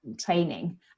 training